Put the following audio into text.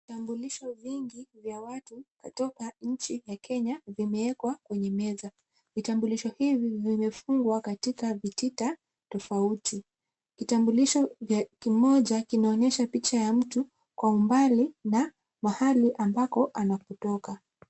Vitambulisho vingi vya watu kutoka nchi ya Kenya vimewekwa kwenye meza. Vitambulisho hivi vimefungwa katika vitita tofauti. Kitambulisho kimoja kinaonyesha picha ya mtu kwa umbali na mahali ambako anapotoka.